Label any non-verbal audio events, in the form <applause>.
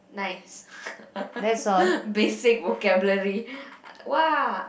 nice <laughs> basic vocabulary !wah!